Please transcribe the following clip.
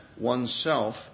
oneself